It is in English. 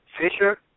Fisher